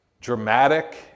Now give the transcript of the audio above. dramatic